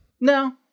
No